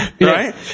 right